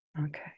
Okay